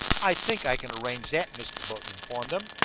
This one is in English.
i think i can arrange that, mr. burton informed them.